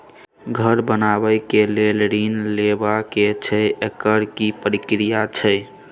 घर बनबै के लेल ऋण लेबा के छै एकर की प्रक्रिया छै?